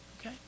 Okay